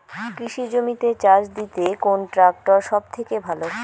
কৃষি জমিতে চাষ দিতে কোন ট্রাক্টর সবথেকে ভালো?